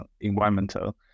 environmental